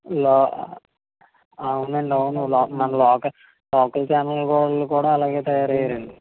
లో అవునండి అవును మన లోక లోకల్ ఛానల్ని వాళ్ళు కూడా అలాగే తయారయ్యారండి